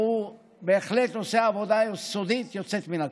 הוא בהחלט עושה עבודה יסודית, יוצאת מן הכלל.